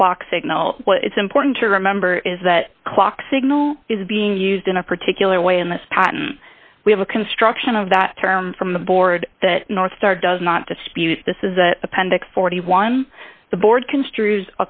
a clock signal but it's important to remember is that clock signal is being used in a particular way in the spot we have a construction of that term from the board that north star does not dispute this is the appendix forty one the board construe